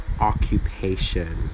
occupation